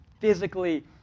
physically